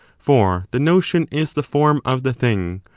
for the notion is the form of the thing,